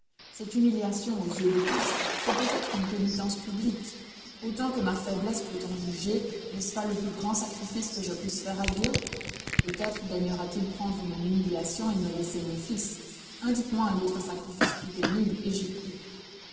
cette humiliation aux yeux de tous c'est peut-être une pénitence publique autant que ma faiblesse peut en juger n'est-ce pas le plus grand sacrifice que je puisse faire à dieu peut-être daignera t il prendre mon humiliation et me laisser mon fils indique-moi un autre sacrifice plus pénible et j'y cours